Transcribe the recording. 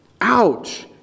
Ouch